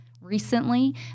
recently